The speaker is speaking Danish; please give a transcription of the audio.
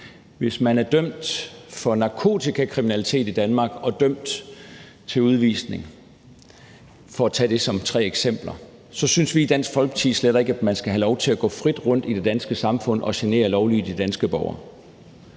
hvis man er dømt for narkotikakriminalitet i Danmark og dømt til udvisning – for at tage de tre eksempler – så synes vi i Dansk Folkeparti slet ikke, at man skal have lov til at gå frit rundt i det danske samfund og genere lovlydige danske borgere.